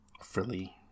Frilly